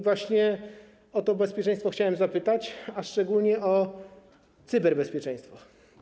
Właśnie o to bezpieczeństwo chciałem zapytać, a szczególnie o cyberbezpieczeństwo.